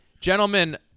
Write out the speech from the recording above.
gentlemen